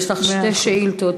יש לך שתי שאילתות,